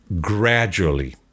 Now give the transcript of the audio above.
gradually